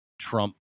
Trump